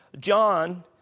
John